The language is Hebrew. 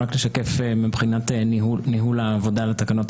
אם אפשר רק לשקף מבחינת ניהול עבודה על התקנות,